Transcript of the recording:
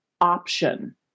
option